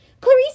Clarice